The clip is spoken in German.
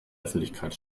öffentlichkeit